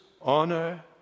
honor